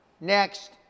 Next